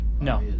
no